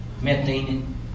methane